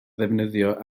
ddefnyddio